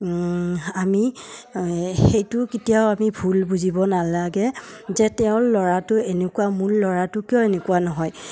আমি সেইটো কেতিয়াও আমি ভুল বুজিব নালাগে যে তেওঁৰ ল'ৰাটো এনেকুৱা মোৰ ল'ৰাটো কিয় এনেকুৱা নহয়